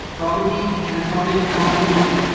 probity and public accountability,